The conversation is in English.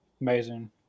amazing